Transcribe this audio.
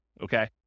okay